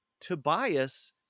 Tobias